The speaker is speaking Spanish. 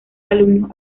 alumnos